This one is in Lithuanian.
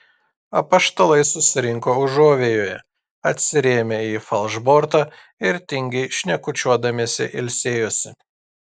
apaštalai susirinko užuovėjoje atsirėmę į falšbortą ir tingiai šnekučiuodamiesi ilsėjosi